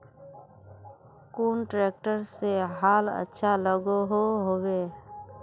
कुन ट्रैक्टर से हाल अच्छा लागोहो होबे?